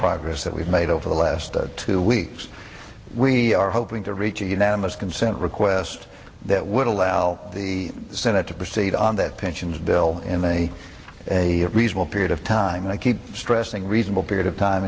progress that we've made over the last two weeks we are hoping to reach a unanimous consent request that would allow the senate to proceed on that pensions bill in a a reasonable period of time and i keep stressing reasonable period of time